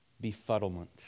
befuddlement